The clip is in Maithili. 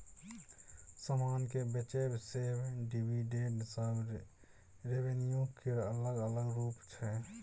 समान केँ बेचब, सेबा, डिविडेंड सब रेवेन्यू केर अलग अलग रुप छै